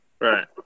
Right